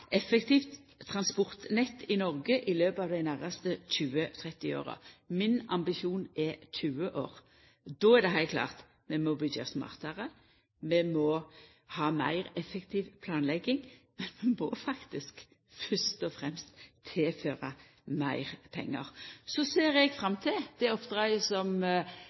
effektivt transportnett i Noreg i løpet av dei næraste 20–30 åra. Min ambisjon er 20 år. Då er det heilt klart at vi må byggja smartare, vi må ha meir effektiv planlegging, men vi må fyrst og fremst tilføra meir pengar. Så ser eg fram til det oppdraget som